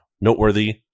noteworthy